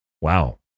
wow